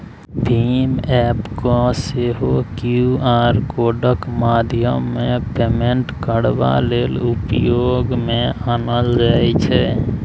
भीम app केँ सेहो Q R कोडक माध्यमेँ पेमेन्ट करबा लेल उपयोग मे आनल जाइ छै